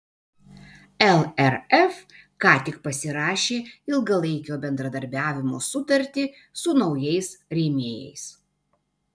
lrf ką tik pasirašė ilgalaikio bendradarbiavimo sutartį su naujais rėmėjais